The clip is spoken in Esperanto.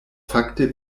fakte